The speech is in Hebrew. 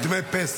למה לא דמי פסח?